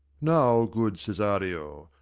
now, good cesario,